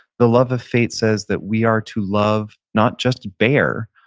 the love of fate says that we are to love, not just bare,